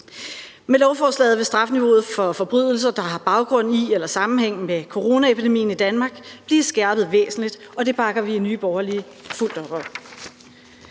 Med lovforslaget vil strafniveauet for forbrydelser, der har baggrund i eller sammenhæng med coronaepidemien i Danmark, blive skærpet væsentligt, og det bakker vi i Nye Borgerlige helt op om.